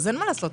אז אין מה לעשות,